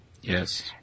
Yes